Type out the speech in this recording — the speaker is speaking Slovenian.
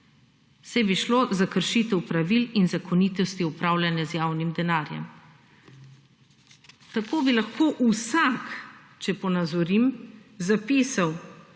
saj bi šlo za kršitev pravil in zakonitosti upravljanja z javnim denarjem. Tako bi lahko vsak, če ponazorim, zapisal